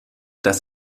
dass